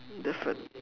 different